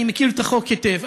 אני מכיר את החוק היטב,